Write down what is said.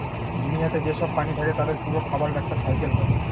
দুনিয়াতে যেসব প্রাণী থাকে তাদের পুরো খাবারের একটা সাইকেল হয়